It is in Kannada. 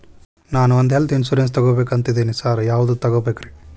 ನಾನ್ ಒಂದ್ ಹೆಲ್ತ್ ಇನ್ಶೂರೆನ್ಸ್ ತಗಬೇಕಂತಿದೇನಿ ಸಾರ್ ಯಾವದ ತಗಬೇಕ್ರಿ?